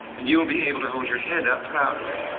and you'll be able to hold your head up proudly.